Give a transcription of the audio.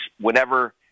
whenever –